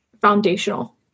foundational